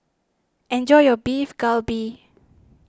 enjoy your Beef Galbi